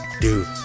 dude